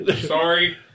Sorry